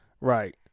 right